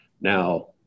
Now